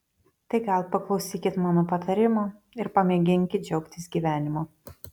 tai gal paklausykit mano patarimo ir pamėginkit džiaugtis gyvenimu